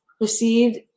received